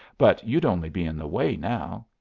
but you'd only be in the way now.